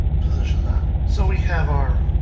position that. so we have our